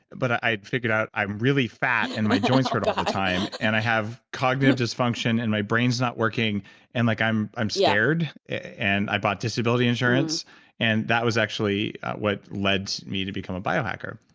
but i figured out i'm really fat and my joints hurt all the time, and i have cognitive dysfunction and my brain's not working and like i'm i'm scared and i bought disability insurance that was actually what led me to become a bio-hacker.